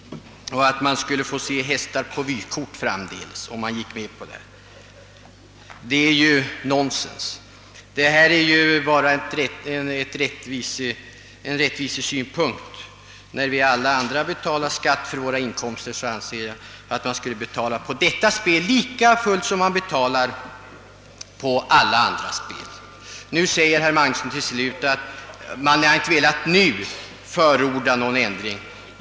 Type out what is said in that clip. Om man gick med på vårt förslag skulle man framdeles få se hästar enbart på vykort. Det är nonsens. Vi hävdar bara en rättvisesynpunkt. När vi betalar skatt på våra inkomster och på vinstandelar anser jag att man även skall betala för vinster på totalisatorspel vid hästtävlingar. Herr Magnusson säger till slut att man inte nu velat förorda någon ändring.